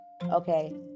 Okay